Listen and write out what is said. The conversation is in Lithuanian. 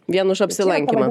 vien už apsilankymą